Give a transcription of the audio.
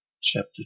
chapter